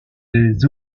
des